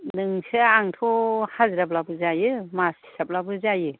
नोंसो आंथ' हाजिराब्लाबो जायो मास हिसाबब्लाबो जायो